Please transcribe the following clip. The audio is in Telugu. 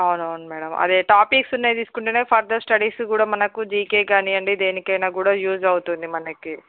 అవును అవును మేడం అది టాపిక్స్ ఉన్నవి తీసుకుంటేనే ఫర్దర్ స్టడీస్కి కూడా మనకి జికె కానియ్యండి దేనికైనా కానీ యూస్ అవుతుంది మనకి